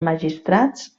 magistrats